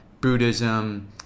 Buddhism